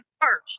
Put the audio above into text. first